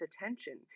attention